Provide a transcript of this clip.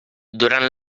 durant